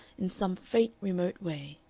in some faint remote way,